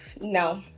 No